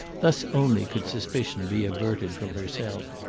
thus only could suspicion be averted from herself.